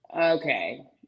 Okay